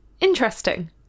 Interesting